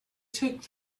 took